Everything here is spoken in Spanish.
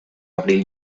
abril